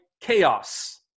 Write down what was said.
chaos